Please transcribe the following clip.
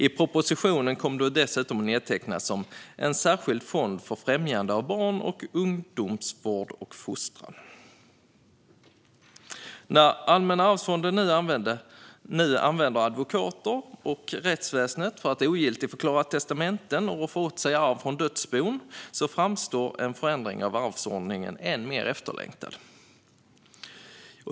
I propositionen kom det dessutom att nedtecknas som "en särskild fond för främjande av barns och ungdoms vård och fostran". När Allmänna arvsfonden nu använder advokater och rättsväsendet för att ogiltigförklara testamenten och roffa åt sig arv från dödsbon framstår en förändring av arvsordningen som än mer efterlängtad.